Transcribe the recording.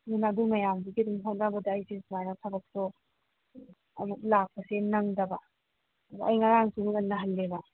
ꯑꯗꯨꯅ ꯑꯗꯨ ꯃꯌꯥꯝꯁꯤꯒꯤ ꯑꯗꯨꯝ ꯍꯣꯠꯅꯕꯗ ꯑꯩꯁꯦ ꯁꯨꯃꯥꯏꯅ ꯊꯕꯛꯇꯣ ꯑꯃꯨꯛ ꯂꯥꯛꯄꯁꯦ ꯅꯪꯗꯕ ꯑꯗ ꯑꯩ ꯉꯔꯥꯡꯁꯨ ꯉꯟꯅ ꯍꯜꯂꯦꯕ